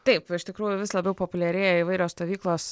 taip iš tikrųjų vis labiau populiarėja įvairios stovyklos